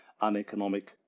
uneconomic